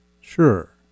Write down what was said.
Sure